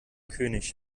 könig